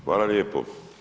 Hvala lijepo.